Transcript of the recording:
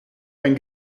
ein